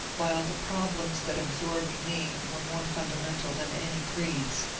while the problems that absorbed me were more fundamental than any creeds.